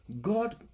God